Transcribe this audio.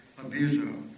abuser